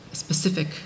Specific